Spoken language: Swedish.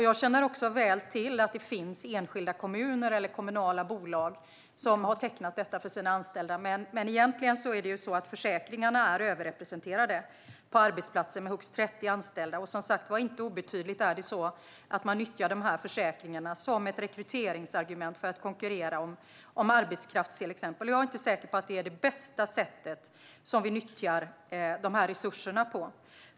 Jag känner också väl till att det finns enskilda kommuner eller kommunala bolag som har tecknat sådana här försäkringar för sina anställda, men dessa försäkringar är överrepresenterade på arbetsplatser med högst 30 anställda. Som sagt är det inte obetydligt att man nyttjar de här försäkringarna till exempel som ett rekryteringsargument när man konkurrerar om arbetskraft. Jag är inte säker på att det är det bästa sättet att nyttja våra resurser på.